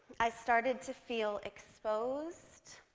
i started to feel exposed,